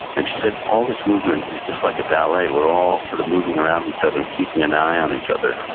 and she said, all this movement is just like a ballet. we're all sort of moving around each other and keeping an eye on each other.